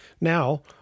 Now